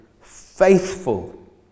faithful